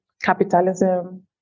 capitalism